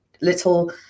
little